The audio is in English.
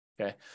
Okay